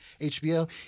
HBO